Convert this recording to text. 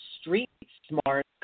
street-smart